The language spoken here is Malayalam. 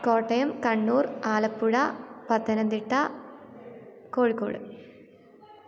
കോട്ടയം കണ്ണൂർ ആലപ്പുഴ പത്തനംതിട്ട കോഴിക്കോട്